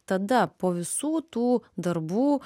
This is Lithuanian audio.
tada po visų tų darbų